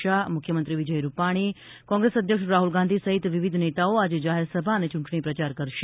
શાહ મુખ્યમંત્રી વિજય રૂપાણી અને કોંગ્રેસ અધ્યક્ષ રાહુલ ગાંધી સહિત વિવિધ નેતાઓ આજે જાહેરસભા અને ચૂંટણી પ્રચાર કરશે